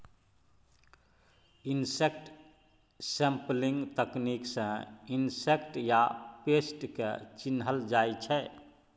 insect sampling तकनीक सँ insect या पेस्ट केँ चिन्हल जाइ छै